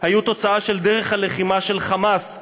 היו תוצאה של דרך הלחימה של "חמאס",